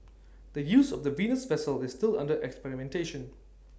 the use of the Venus vessel is still under experimentation